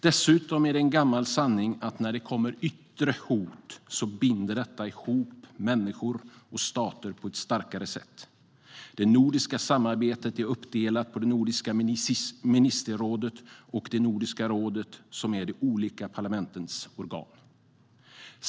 Dessutom är det en gammal sanning att när det kommer yttre hot binder det ihop människor och stater på ett starkare sätt. Det nordiska samarbetet är uppdelat på Nordiska ministerrådet och Nordiska rådet, som är de olika parlamentens organ.